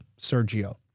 Sergio